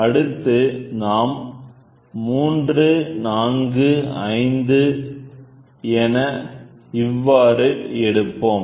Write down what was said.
அடுத்து நாம் 3 4 5 என இவ்வாறு எடுப்போம்